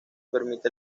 permite